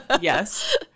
Yes